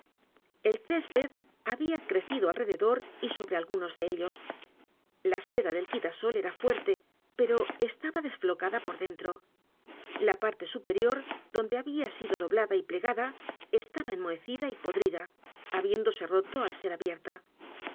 el césped había crecido alrededor y el misterio de maría rogét sobre algunos de ellos la seda del quitasol era fuerte pero estaba desflocada por dentro la parte superior donde había sido doblada y plegada estaba enmohecida y podrida habiéndose roto al ser abierta